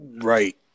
Right